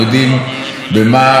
אחרי שהוא שמע אותך בניו יורק,